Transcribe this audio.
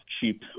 cheap